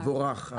זה מבורך,